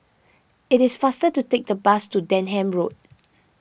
it is faster to take the bus to Denham Road